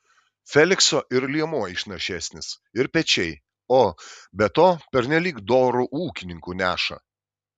felikso ir liemuo išnašesnis ir pečiai o be to pernelyg doru ūkininku neša